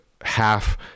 half